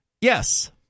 Yes